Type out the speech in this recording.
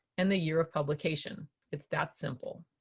and the year of publication. it's that simple!